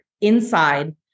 inside